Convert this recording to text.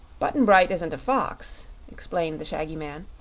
button-bright isn't a fox, explained the shaggy man.